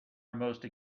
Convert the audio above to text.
most